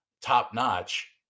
top-notch